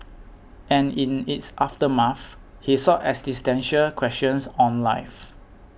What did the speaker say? and in its aftermath he sought existential questions on life